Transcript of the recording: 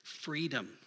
freedom